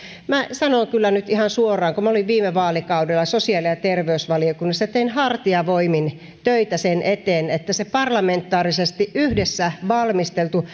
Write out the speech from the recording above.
sanon kyllä nyt ihan suoraan että kun olin viime vaalikaudella sosiaali ja terveysvaliokunnassa tein hartiavoimin töitä sen eteen että se parlamentaarisesti yhdessä valmisteltu